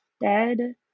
dead